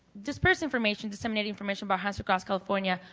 disperse information, disseminating information about hands across california,